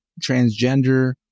transgender